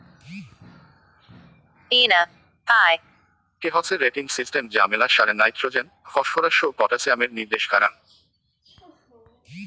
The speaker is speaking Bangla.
এন.পি.কে হসে রেটিং সিস্টেম যা মেলা সারে নাইট্রোজেন, ফসফরাস ও পটাসিয়ামের নির্দেশ কারাঙ